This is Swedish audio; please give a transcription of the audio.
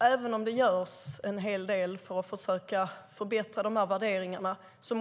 Även om det görs en hel del för att försöka förbättra värderingarna och